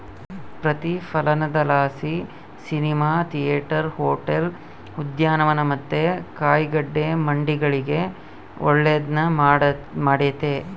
ಪ್ರತಿಫಲನದಲಾಸಿ cinema theatre, hotel, ಉದ್ಯಾನವನ ಮತ್ತೆ ಕಾಯಿಗಡ್ಡೆ ಮಂಡಿಗಳಿಗೆ ಒಳ್ಳೆದ್ನ ಮಾಡೆತೆ